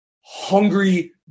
hungry